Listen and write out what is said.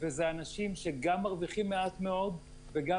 ואלה אנשים שגם מרוויחים מעט מאוד וגם